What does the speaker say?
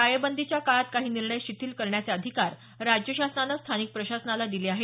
टाळेबंदीच्या काळात काही निर्णय शिथिल करण्याचे अधिकार राज्य शासनानं स्थानिक प्रशासनाला दिले आहेत